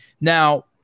now